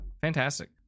fantastic